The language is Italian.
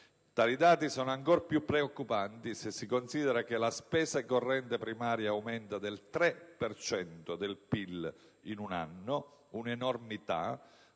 Tali dati sono ancora più preoccupanti se si considera che la spesa corrente primaria aumenta del 3 per cento del PIL in un anno, un'enormità,